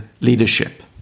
Leadership